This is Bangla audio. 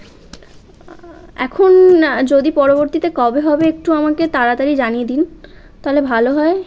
এখন না যদি পরবর্তীতে কবে হবে একটু আমাকে তাড়াতাড়ি জানিয়ে দিন তাহলে ভালো হয়